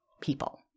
people